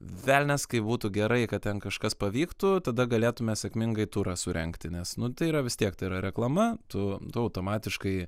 velnias kaip būtų gerai kad ten kažkas pavyktų tada galėtume sėkmingai turą surengti nes nu tai yra vis tiek tai yra reklama tu tu automatiškai